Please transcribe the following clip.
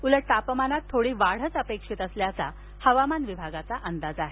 उलट तापमानात थोडी वाढच अपेक्षित असल्याचा हवामानविभागाचा अंदाज आहे